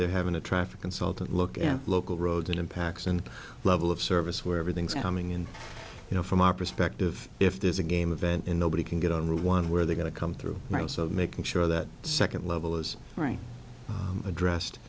they're having a traffic consultant look at local roads and impacts and level of service where everything's coming in you know from our perspective if there's a game a vent in nobody can get on or one where they're going to come through also making sure that second level is right addressed